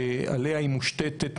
עליהם היא מושתתת,